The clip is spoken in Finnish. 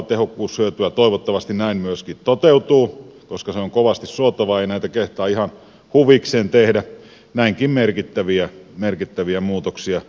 toivottavasti näin myöskin toteutuu koska se on kovasti suotavaa ei kehtaa ihan huvikseen tehdä näinkin merkittäviä muutoksia